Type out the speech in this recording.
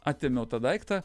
atėmiau tą daiktą